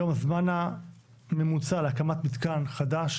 היום הזמן הממוצע להקמת מתקן חדש